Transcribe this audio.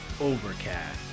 Overcast